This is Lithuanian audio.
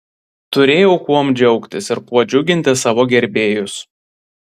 turėjau kuom džiaugtis ir kuo džiuginti savo gerbėjus